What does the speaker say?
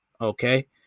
Okay